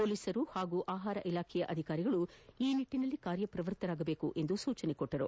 ಪೋಲಿಸರು ಹಾಗೂ ಆಹಾರ ಇಲಾಖೆಯ ಅಧಿಕಾರಿಗಳು ಈ ನಿಟ್ಟಿನಲ್ಲಿ ಕಾರ್ಯಪ್ರವೃತ್ತರಾಗಬೇಕೆಂದು ಸೂಚಿಸಿದರು